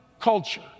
culture